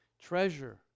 Treasure